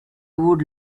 would